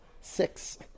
six